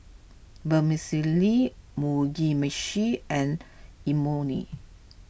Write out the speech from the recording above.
Vermicelli Mugi Meshi and Imoni